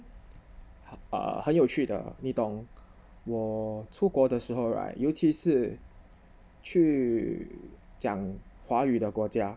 uh 很有趣的你懂我出国的时候 right 尤其是去讲华语的国家